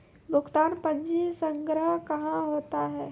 भुगतान पंजी संग्रह कहां होता हैं?